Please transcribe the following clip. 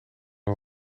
een